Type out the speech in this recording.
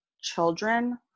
children